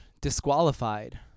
disqualified